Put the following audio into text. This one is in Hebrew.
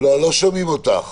לא שומעים אותך.